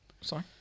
Sorry